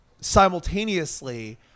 Simultaneously